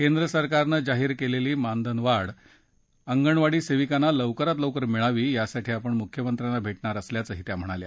केंद्र सरकारनं जाहीर केलेली मानधन वाढ अंगणवाडी सेविकांना लवकरात लवकर मिळावी यासाठी आपण मुख्यमंत्र्यांना भेटणार असल्याचंही त्या म्हणाल्या